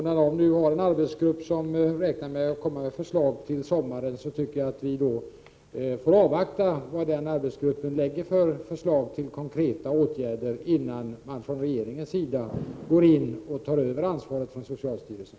När det nu finns en arbetsgrupp som räknar med att komma med förslag till sommaren, tycker jag att vi får avvakta och se vilka förslag till konkreta åtgärder som kan komma, innan regeringen går in och tar över ansvaret från socialstyrelsen.